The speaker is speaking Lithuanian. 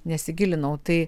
nesigilinau tai